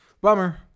Bummer